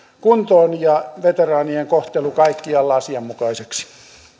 kuntoon ja veteraanien kohtelu kaikkialla asianmukaiseksi